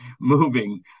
moving